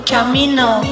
Camino